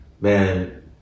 Man